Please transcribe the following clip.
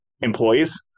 employees